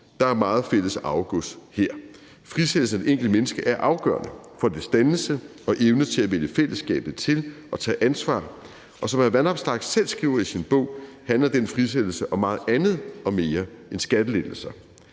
Der er meget fælles arvegods her. Frisættelsen af det enkelte menneske er afgørende for dets dannelse og evne til at vælge fællesskabet til og tage ansvar, og som hr. Alex Vanopslagh selv skriver i sin bog, handler den frisættelse om meget andet og mere end skattelettelser.